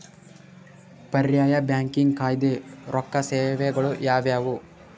ಪರ್ಯಾಯ ಬ್ಯಾಂಕಿಂಗ್ ಅಲ್ದೇ ರೊಕ್ಕ ಸೇವೆಗಳು ಯಾವ್ಯಾವು?